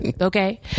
okay